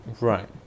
right